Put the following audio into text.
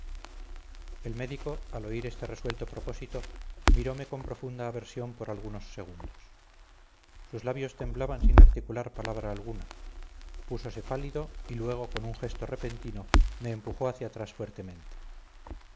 el médico al oír este resuelto propósito mirome con profunda aversión por algunos segundos sus labios temblaban sin articular palabra alguna púsose pálido y luego con un gesto repentino me empujó hacia atrás fuertemente